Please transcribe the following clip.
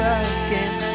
again